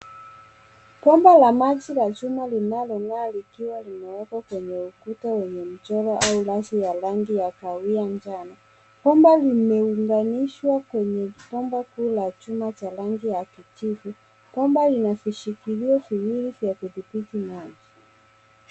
Bomba la maji la chuma linalong'aa likiwa limewekwa kwenye ukuta wenye michoro au rafu ya rangi ya kahawia njano. Bomba limeunganishwa kwenye bomba kuu la chuma cha rangi ya kijivu. Bomba lina vishikilio viwili vya kudhibiti maji.